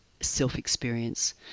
self-experience